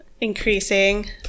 Increasing